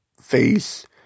face